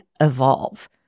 evolve